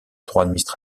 droit